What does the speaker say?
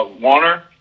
Warner